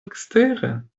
eksteren